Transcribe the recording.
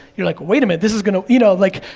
you're like, wait a minute, this is gonna, you know, like,